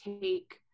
take